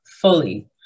Fully